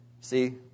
See